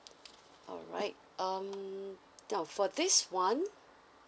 alright um now for this one